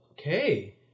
Okay